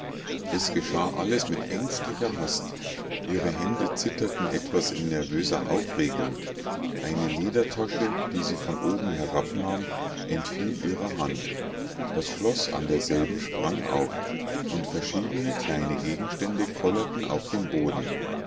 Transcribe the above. es geschah alles mit ängstlicher hast ihre hände zitterten etwas in nervöser aufregung eine ledertasche die sie von oben herabnahm entfiel ihrer hand das schloß an derselben sprang auf und verschiedene kleine gegenstände kollerten auf den boden